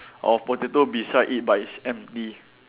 of potato beside it but it's empty